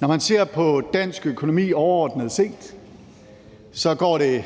Når man ser på dansk økonomi overordnet set, går det